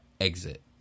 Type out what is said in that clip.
exit